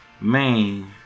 man